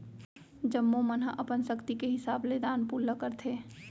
जम्मो मन ह अपन सक्ति के हिसाब ले दान पून ल करथे